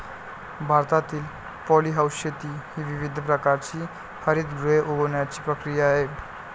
भारतातील पॉलीहाऊस शेती ही विविध प्रकारची हरितगृहे उगवण्याची प्रक्रिया आहे